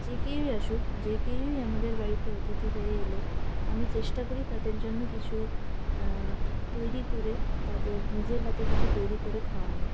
যে কেউই আসুক যে কেউই আমাদের বাড়িতে অতিথি হয়ে এলে আমি চেষ্টা করি তাদের জন্য কিছু তৈরি করে তাদের নিজের হাতে কিছু তৈরি করে খাওয়ানোর